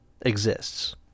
exists